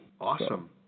Awesome